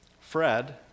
Fred